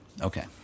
Okay